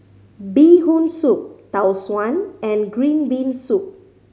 Bee Hoon Soup Tau Suan and green bean soup